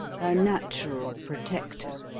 her natural protector,